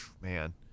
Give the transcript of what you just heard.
man